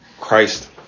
Christ